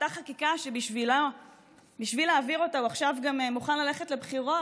אותה חקיקה שבשביל להעביר אותה הוא עכשיו גם מוכן ללכת לבחירות,